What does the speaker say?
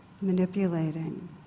manipulating